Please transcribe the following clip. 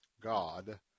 God